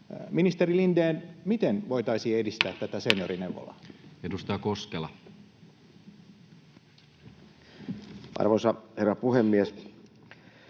Ministeri Lindén, miten voitaisiin edistää tätä seniorineuvolaa? Edustaja Koskela. Arvoisa herra puhemies!